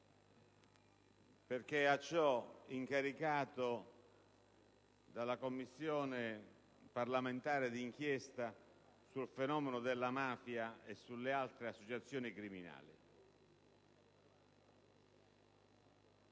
perché incaricato dalla Commissione parlamentare d'inchiesta sul fenomeno della mafia e sulle altre associazioni criminali